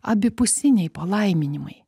abipusiniai palaiminimai